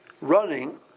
running